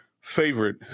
favorite